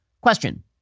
Question